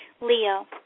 Leo